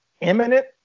imminent